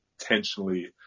intentionally